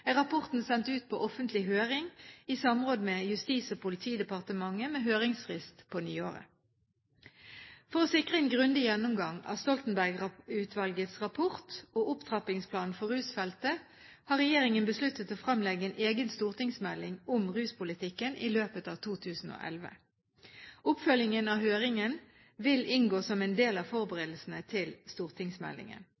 er rapporten sendt ut på offentlig høring i samråd med Justis- og politidepartementet, med høringsfrist på nyåret. For å sikre en grundig gjennomgang av Stoltenberg-utvalgets rapport og opptrappingsplanen for rusfeltet har regjeringen besluttet å fremlegge en egen stortingsmelding om rusmiddelpolitikken i løpet av 2011. Oppfølgingen av høringen vil inngå som en del av